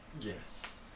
Yes